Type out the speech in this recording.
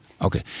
Okay